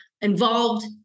involved